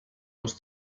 los